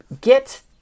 get